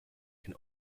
can